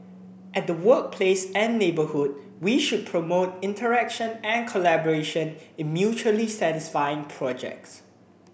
at the workplace and neighbourhood we should promote interaction and collaboration in mutually satisfying projects